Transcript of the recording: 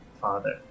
father